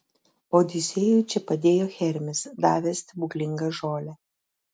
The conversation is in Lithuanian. odisėjui čia padėjo hermis davęs stebuklingą žolę